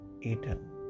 eaten